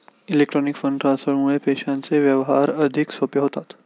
electronic fund ट्रान्सफरमुळे पैशांचे व्यवहार अधिक सोपे होतात